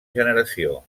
generació